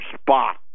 spot